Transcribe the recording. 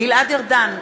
גלעד ארדן,